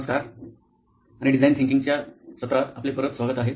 नमस्कार आणि design thinking च्या सत्रात आपले परत स्वागत आहे